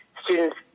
Students